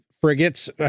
frigates